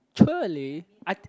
actually I